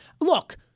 Look